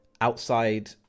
outside